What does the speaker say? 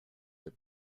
the